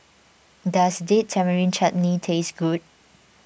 does Date Tamarind Chutney taste good